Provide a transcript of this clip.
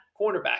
cornerback